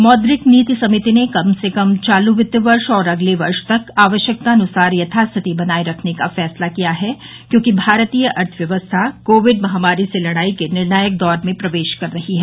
मौद्रिक नीति समिति ने कम से कम चालू वित्त वर्ष और अगले वर्ष तक आवश्यकतानुसार यथास्थिति बनाए रखने का फैसला किया है क्योंकि भारतीय अर्थव्यवस्था कोविड महामारी से लड़ाई के निर्णायक दौर में प्रवेश कर रही है